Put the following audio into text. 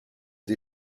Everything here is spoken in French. des